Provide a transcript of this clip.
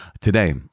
Today